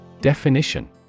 Definition